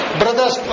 brothers